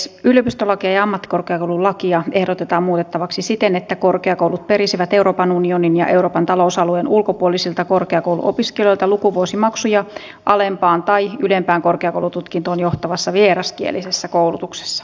yliopistolakia ja ammattikorkeakoululakia ehdotetaan muutettavaksi siten että korkeakoulut perisivät euroopan unionin ja euroopan talousalueen ulkopuolisilta korkeakouluopiskelijoilta lukuvuosimaksuja alempaan tai ylempään korkeakoulututkintoon johtavassa vieraskielisessä koulutuksessa